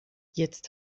jetzt